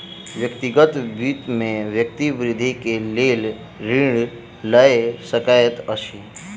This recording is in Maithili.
व्यक्तिगत वित्त में व्यक्ति वृद्धि के लेल ऋण लय सकैत अछि